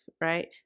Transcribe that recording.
right